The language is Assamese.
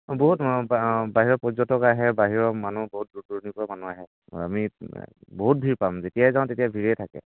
বহুত বাহিৰৰ পৰ্যটক আহে বাহিৰৰ মানুহ বহুত দূৰ দূৰণিৰ পৰা মানুহ আহে আমি বহুত ভিৰ পাম যেতিয়াই যাওঁ তেতিয়াই ভিৰে থাকে